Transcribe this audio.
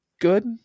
good